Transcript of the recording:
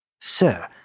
Sir